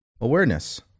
awareness